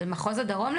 מחוז הדרום,